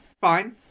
fine